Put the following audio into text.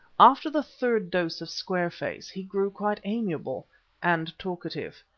after the third dose of square-face he grew quite amiable and talkative.